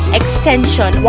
extension